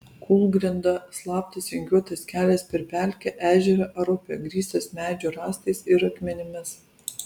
kūlgrinda slaptas vingiuotas kelias per pelkę ežerą ar upę grįstas medžio rąstais ir akmenimis